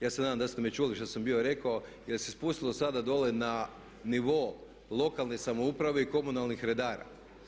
Ja se nadam da ste me čuli što sam bio rekao jer se spustilo sada dole na nivo lokalne samouprave i komunalnih redara.